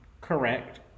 Correct